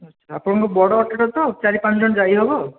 ଆଛା ଆପଣଙ୍କ ବଡ଼ ଅଟୋଟା ତ ଚାରି ପାଞ୍ଚ ଜଣ ଯାଇ ହେବ